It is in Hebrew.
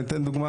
אני אתן דוגמה.